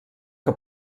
que